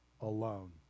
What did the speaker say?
alone